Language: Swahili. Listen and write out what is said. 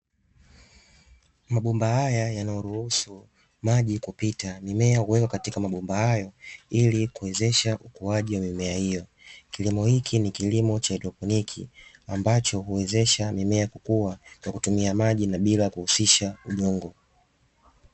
Mabomba haya yanayohusu maji kupita, mimea huwekwa katika mabomba hayo ili kuwezesha ukuaji wa mimea hiyo, kilimo hiki ni kilimo cha haidroponi ambacho huwezesha mimea kukua kwa kutumia maji bila kuhusisha udongo.